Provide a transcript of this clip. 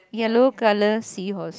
yellow color seahorse